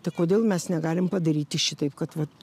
tai kodėl mes negalim padaryti šitaip kad vat